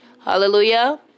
Hallelujah